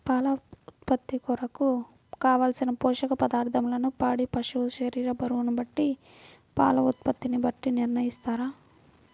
పాల ఉత్పత్తి కొరకు, కావలసిన పోషక పదార్ధములను పాడి పశువు శరీర బరువును బట్టి పాల ఉత్పత్తిని బట్టి నిర్ణయిస్తారా?